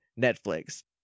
netflix